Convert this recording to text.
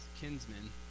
kinsmen